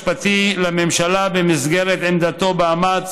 הודיע היועץ המשפטי לממשלה במסגרת עמדתו באמ"ץ